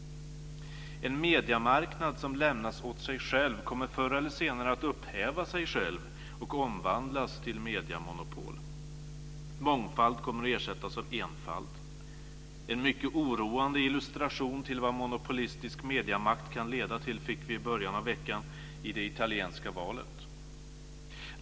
En mediemarknad som lämnas åt sig själv kommer förr eller senare att upphäva sig själv och omvandlas till mediemonopol. Mångfald kommer att ersättas av enfald. En mycket oroande illustration till vad monopolistisk mediemakt kan leda till fick vi i början av veckan i det italienska valet.